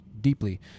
deeply